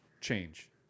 change